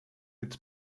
its